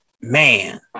man